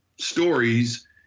stories